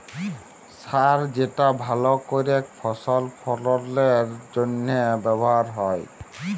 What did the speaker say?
সার যেটা ভাল করেক ফসল ফললের জনহে ব্যবহার হ্যয়